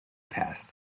passed